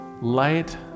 light